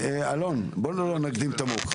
אלון, בוא לא נקדים את המאוחר.